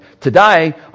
today